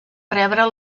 rebre